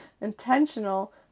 intentional